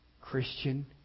Christian